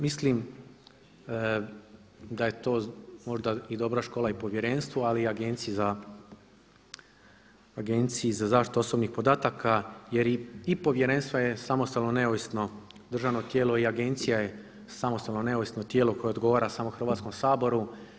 Mislim da je to možda i dobra škola i Povjerenstvu ali i Agenciji za zaštitu osobnih podataka, jer i Povjerenstvo je samostalno neovisno državno tijelo i Agencija je samostalno neovisno tijelo koje odgovara samo Hrvatskom saboru.